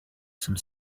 some